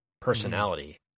personality